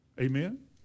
Amen